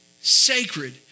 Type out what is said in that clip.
sacred